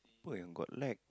apa yang got lag